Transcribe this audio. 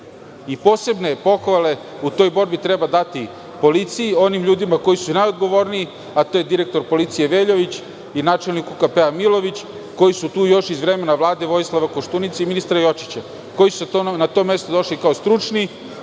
Posebne pohvale u toj borbi treba dati policiji, onim ljudima koji su najodgovorniji, a to je direktor policije Veljović i načelniku KP Miloviću, koji su tu još iz vremena Vlade Vojislava Koštunice i ministra Jočića, koji su na to mesto došli kao stručni,